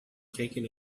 taking